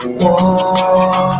war